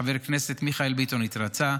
חבר הכנסת מיכאל ביטון התרצה,